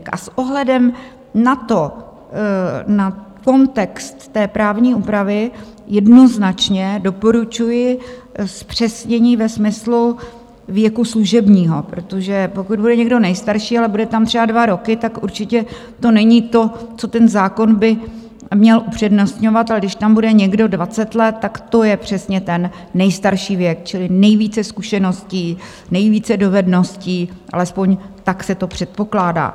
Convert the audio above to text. A s ohledem na kontext té právní úpravy jednoznačně doporučuji zpřesnění ve smyslu věku služebního, protože pokud bude někdo nejstarší, ale bude tam třeba dva roky, tak určitě to není to, co ten zákon by měl upřednostňovat, ale když tam bude někdo dvacet let, tak to je přesně ten nejstarší věk, čili nejvíce zkušeností, nejvíce dovedností, alespoň tak se to předpokládá.